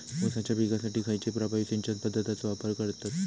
ऊसाच्या पिकासाठी खैयची प्रभावी सिंचन पद्धताचो वापर करतत?